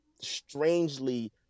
strangely